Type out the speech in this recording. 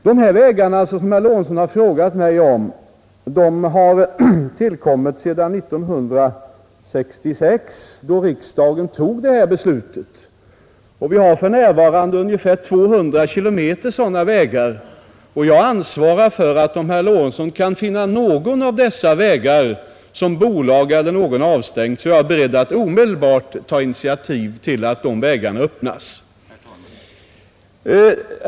De vägar som herr Lorentzon har frågat mig om har tillkommit sedan 1965, då riksdagen fattade beslut om dem. Vi har för närvarande ungefär 200 kilometer sådana vägar. Om herr Lorentzon kan finna någon enda sådan väg som bolag eller någon annan har avstängt, är jag beredd att omedelbart ta initiativ till att vägen öppnas.